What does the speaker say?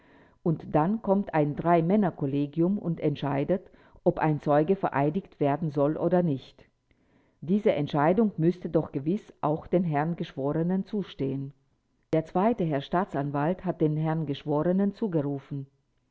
und dann kommt ein dreimänner kollegium und entscheidet ob ein zeuge vereidigt werden soll oder nicht diese entscheidung müßte doch gewiß auch den herren geschworenen zustehen der zweite herr staatsanwalt hat den herren geschworenen zugerufen